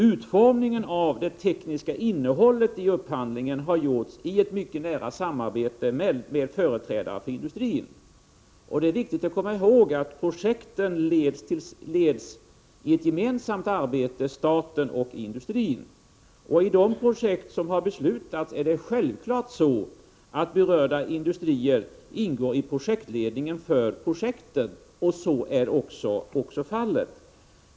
Utformningen av det tekniska innehållet i upphandlingen har gjorts i ett mycket nära samarbete med företrädare för industrin. Det är viktigt att komma ihåg att projekten leds gemensamt av staten och industrin. I de projekt som har beslutats är det självklart att berörda industrier ingår i ledningen för projekten, och så är också fallet.